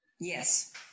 Yes